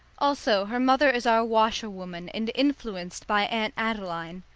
also her mother is our washerwoman, and influenced by aunt adeline.